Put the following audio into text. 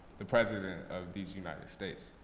the president of these united states